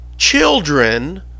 Children